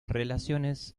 relaciones